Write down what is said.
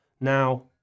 now